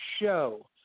Show